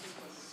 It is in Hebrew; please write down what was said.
בבקשה.